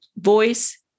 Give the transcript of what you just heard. voice